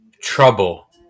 trouble